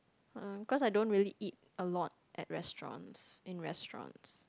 uh cause I don't really eat a lot at restaurants in restaurants